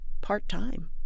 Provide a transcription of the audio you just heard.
part-time